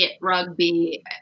rugby